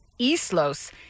Islos